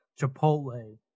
Chipotle